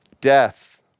Death